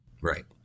Right